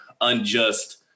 unjust